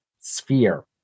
sphere